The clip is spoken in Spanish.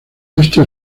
esto